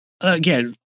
again